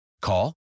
Call